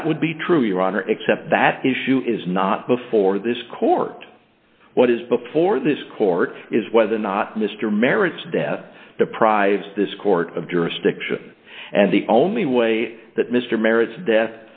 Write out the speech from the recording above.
that would be true your honor except that the issue is not before this court what is before this court is whether or not mr maritz death deprives this court of jurisdiction and the only way that mr maritz death